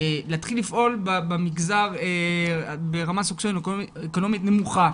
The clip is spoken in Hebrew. להתחיל לפעול במגזר ברמה סוציו אקונומית נמוכה,